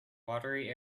watery